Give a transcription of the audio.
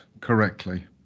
correctly